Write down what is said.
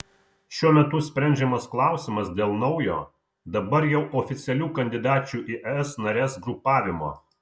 šiuo metu sprendžiamas klausimas dėl naujo dabar jau oficialių kandidačių į es nares grupavimo